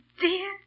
dear